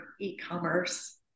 e-commerce